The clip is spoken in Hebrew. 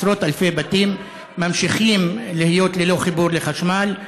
עשרות אלפי בתים, ממשיכים להיות ללא חיבור לחשמל,